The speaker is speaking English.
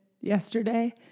yesterday